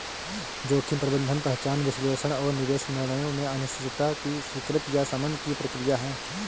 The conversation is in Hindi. जोखिम प्रबंधन पहचान विश्लेषण और निवेश निर्णयों में अनिश्चितता की स्वीकृति या शमन की प्रक्रिया है